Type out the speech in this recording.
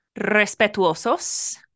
Respetuosos